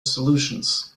solutions